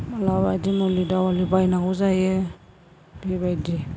मालाबा बिदिनो मुलि दावालि बायनांगौ जायो बेबायदि